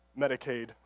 Medicaid